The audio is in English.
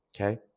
okay